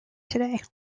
today